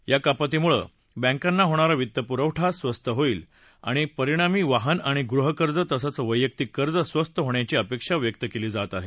या कपातीमुळे बँकांना होणारा वित्तपुरवठा स्वस्त होईल आणि परिणामी वाहन आणि गृहकर्ज तसंच वद्यक्तिक कर्ज स्वस्त होण्याची अपेक्षा व्यक्त केली जात आहे